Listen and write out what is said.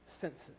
senses